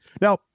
Now